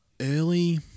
Early